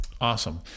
Awesome